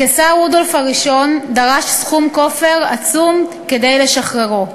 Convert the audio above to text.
הקיסר רודולף הראשון דרש סכום כופר עצום כדי לשחררו.